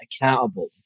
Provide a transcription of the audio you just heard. accountable